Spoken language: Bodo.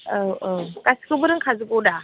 औ औ गासिबखौबो रोंखाजोबगौ दा